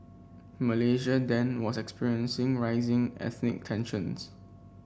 Malaysia then was experiencing rising ethnic tensions